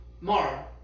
Mar